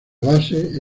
base